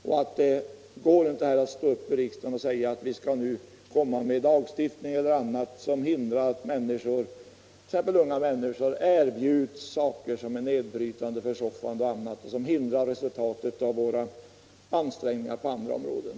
Men det går inte bara att stå här i riksdagen och säga att vi skall införa en lagstiftning som hindrar att unga människor erbjuds saker som är nedbrytande eller försoffande och som motverkar våra ansträngningar på andra områden.